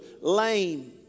lame